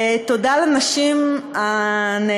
תודה לאתי נמרודי,